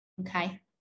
Okay